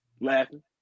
Laughing